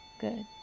Good